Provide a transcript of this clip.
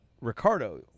Ricardo